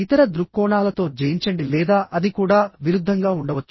ఇతర దృక్కోణాలతో జయించండి లేదా అది కూడా విరుద్ధంగా ఉండవచ్చు